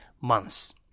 months